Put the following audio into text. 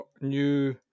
new